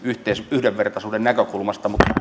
yhdenvertaisuuden näkökulmasta mutta